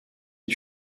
est